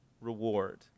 reward